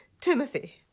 Timothy